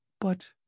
But